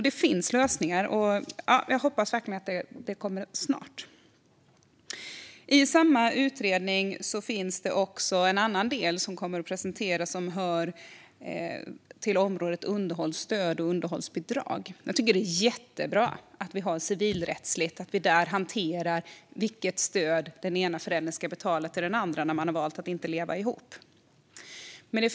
Det finns lösningar. Jag hoppas verkligen att det kommer förslag snart. I samma utredning finns det en annan del som kommer att presenteras och som hör till området underhållsstöd och underhållsbidrag. Jag tycker att det är jättebra att vi civilrättsligt hanterar vilket stöd den ena föräldern ska betala till den andra när människor har valt att inte leva ihop.